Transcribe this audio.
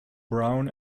brown